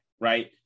right